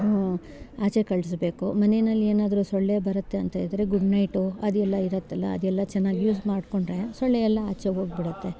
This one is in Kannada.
ಆಚೆ ಕಳಿಸ್ಬೇಕು ಮನೆಯಲ್ಲಿ ಏನಾದ್ರೂ ಸೊಳ್ಳೆ ಬರುತ್ತೆ ಅಂತ ಇದ್ದರೆ ಗುಡ್ ನೈಟು ಅದು ಎಲ್ಲ ಇರುತ್ತೆಲ್ಲ ಅದು ಎಲ್ಲ ಚೆನ್ನಾಗಿ ಯೂಸ್ ಮಾಡಿಕೊಂಡ್ರೆ ಸೊಳ್ಳೆ ಎಲ್ಲ ಆಚೆ ಹೋಗಿಬಿಡುತ್ತೆ